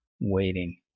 waiting